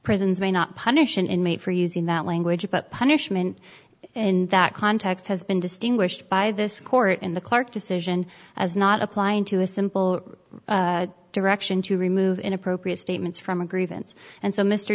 prisons may not punish an inmate for using that language about punishment in that context has been distinguished by this court in the clarke decision as not applying to a simple direction to remove inappropriate statements from a grievance and so mr